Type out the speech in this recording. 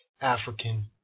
African